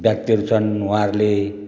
व्याक्ति हरू छन् उहाँहरूले